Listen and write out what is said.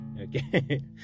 Okay